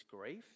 grief